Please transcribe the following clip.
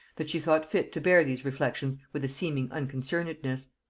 that she thought fit to bear these reflections with a seeming unconcernedness.